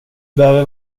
behöver